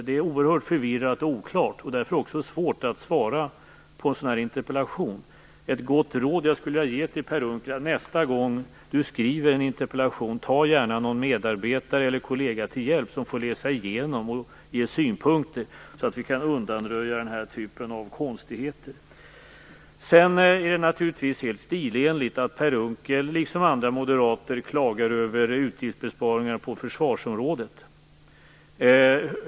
Det är oerhört förvirrat och oklart och därför också svårt att svara på en sådan här interpellation. Jag skulle vilja ge Per Unckel ett gott råd till nästa gång han skriver en interpellation: Tag gärna en medarbetare eller kollega till hjälp som får läsa igenom och ge synpunkter, så att vi kan undanröja den här typen av konstigheter! Det är naturligtvis helt stilenligt att Per Unckel liksom andra moderater klagar över utgiftsbesparingar på försvarsområdet.